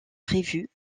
prévues